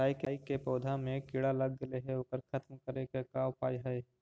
राई के पौधा में किड़ा लग गेले हे ओकर खत्म करे के का उपाय है?